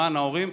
למען ההורים,